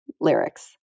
lyrics